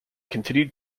continued